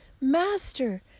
Master